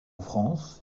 france